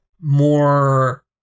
more